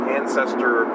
ancestor